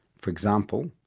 for example,